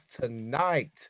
tonight